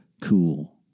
cool